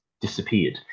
disappeared